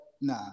Nah